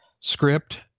Script